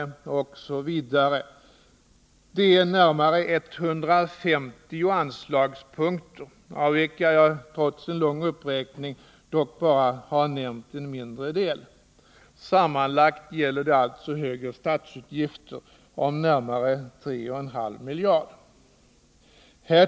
Det finns närmare 150 anslagsposter, av vilka jag trots en lång uppräkning dock bara har nämnt en mindre del. Sammanlagt gäller det alltså högre statsutgifter på närmare 3,5 miljarder kronor.